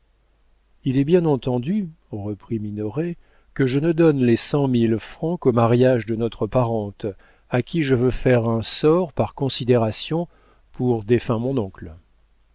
il est bien entendu reprit minoret que je ne donne les cent mille francs qu'au mariage de notre parente à qui je veux faire un sort par considération pour défunt mon oncle